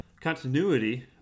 Continuity